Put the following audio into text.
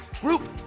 group